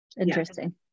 Interesting